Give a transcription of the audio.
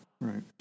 right